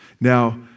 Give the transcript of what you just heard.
Now